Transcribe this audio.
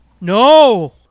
No